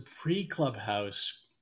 pre-Clubhouse